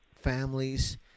families